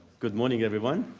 good morning, everyone.